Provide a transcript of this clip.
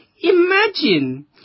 Imagine